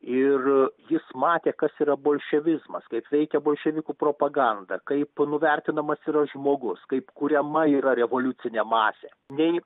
ir jis matė kas yra bolševizmas kaip veikia bolševikų propaganda kaip nuvertinamas yra žmogus kaip kuriama yra revoliucinė masė nei